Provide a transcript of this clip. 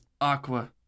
Aqua